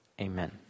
Amen